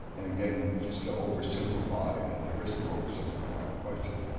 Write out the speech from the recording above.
and again, just to oversimplify at the risk of oversimplifying the question,